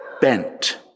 bent